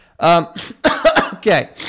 Okay